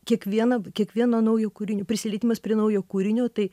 kiekviena kiekvieno naujo kūrinio prisilietimas prie naujo kūrinio tai